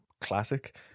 classic